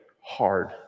hard